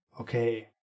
okay